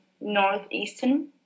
northeastern